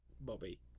Bobby